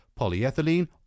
polyethylene